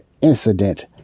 incident